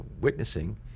witnessing